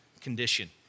condition